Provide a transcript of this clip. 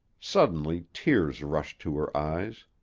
suddenly tears rushed to her eyes.